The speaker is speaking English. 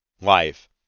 life